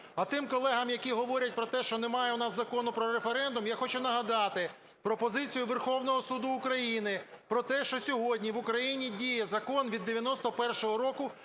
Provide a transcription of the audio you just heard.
А тим, колегам, які говорять про те, що немає у нас Закону про референдум, я хочу нагадати про позицію Верховного Суду України, про те, що сьогодні в Україні діє Закон від 91-го року